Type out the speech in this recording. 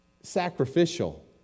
sacrificial